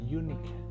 unique